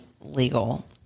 legal